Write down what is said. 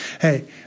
hey